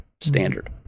standard